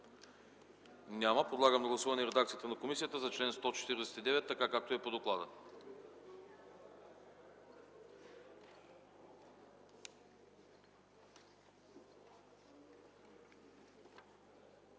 Няма. Подлагам на гласуване редакцията на комисията за чл. 152, както е по доклада.